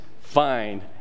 find